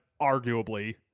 arguably